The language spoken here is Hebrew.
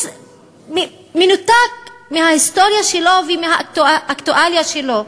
מנותק מההיסטוריה שלו ומהאקטואליה שלו.